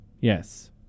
Yes